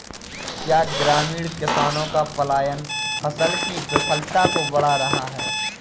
क्या ग्रामीण किसानों का पलायन फसल की विफलता को बढ़ा रहा है?